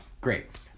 great